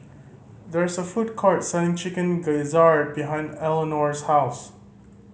there is a food court selling Chicken Gizzard behind Elinore's house